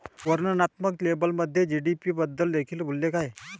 वर्णनात्मक लेबलमध्ये जी.डी.पी बद्दल देखील उल्लेख आहे